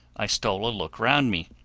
i stole a look round me,